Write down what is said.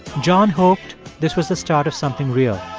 john hoped this was the start of something real.